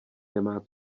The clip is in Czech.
nemá